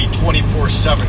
24-7